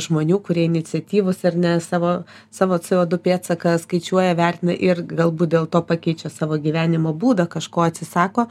žmonių kurie iniciatyvūs ar ne savo savo co du pėdsaką skaičiuoja vertina ir galbūt dėl to pakeičia savo gyvenimo būdą kažko atsisako